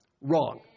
wrong